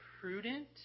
prudent